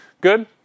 Good